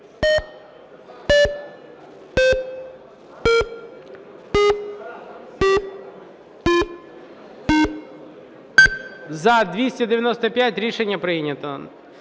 За-295 Рішення прийнято.